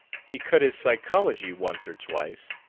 he cut his psychology once or twice,